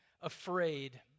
afraid